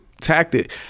tactic